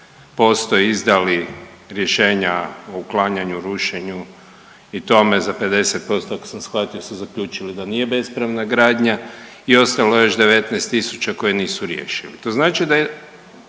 za 50% izdali rješenja o uklanjanju, rušenju i tome za 50% ako sam shvatio su zaključili da nije bespravna gradnja i ostalo je još 19.000 koje nisu riješili.